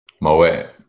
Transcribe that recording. Moet